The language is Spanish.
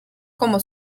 como